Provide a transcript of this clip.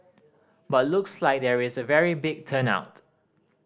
but looks like there is a very big turn out